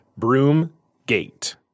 Broomgate